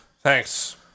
thanks